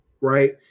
right